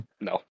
No